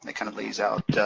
ah kind of lays out,